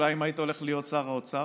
אולי אם היית הולך להיות שר האוצר.